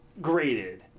graded